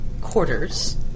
quarters